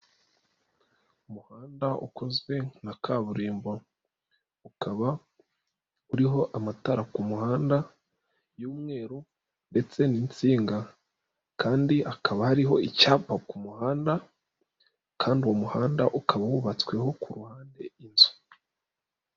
Umuhanda ukozwe nka kaburimbo ukaba uriho amatara ku muhanda y'umweru ndetse n'insinga kandi hakaba hariho icyampa ku muhanda kandi uwo muhanda ukaba wubatsweho ku ruhande inzu.